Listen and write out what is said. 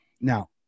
Now